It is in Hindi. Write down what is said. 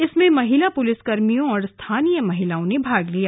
जिसमें महिला पुलिस कर्मियो और स्थानीय महिलाओं ने भाग लिया